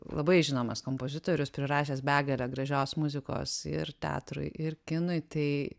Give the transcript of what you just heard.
labai žinomas kompozitorius prirašęs begalę gražios muzikos ir teatrui ir kinui tai